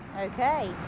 Okay